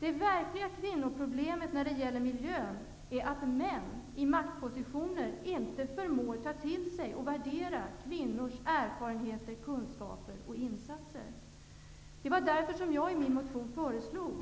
Det verkliga kvinnoproblemet när det gäller miljön är att män i maktposition inte förmår ta till sig och värdera kvinnors erfarenheter, kunskaper och insatser. Det var därför som jag i min motion föreslog